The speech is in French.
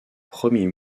premier